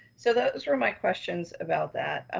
so those were my questions about that.